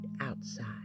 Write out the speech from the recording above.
outside